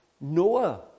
Noah